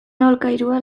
alokairua